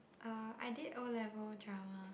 uh I did O-level drama